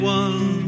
one